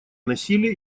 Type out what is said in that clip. насилие